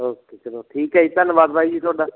okay ਚਲੋ ਠੀਕ ਹੈ ਜੀ ਧੰਨਵਾਦ ਬਾਈ ਜੀ ਤੁਹਾਡਾ